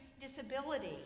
disability